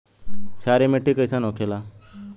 क्षारीय मिट्टी कइसन होखेला?